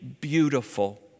beautiful